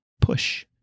push